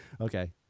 Okay